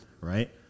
Right